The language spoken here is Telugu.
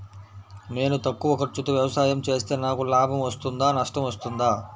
నేను తక్కువ ఖర్చుతో వ్యవసాయం చేస్తే నాకు లాభం వస్తుందా నష్టం వస్తుందా?